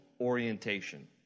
orientation